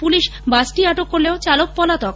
police বাসটি আটক করলেও চালক পলাতক